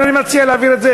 לכן אני מציע להעביר את זה